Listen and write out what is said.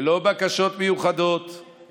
ללא בקשות מיוחדות,